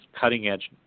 cutting-edge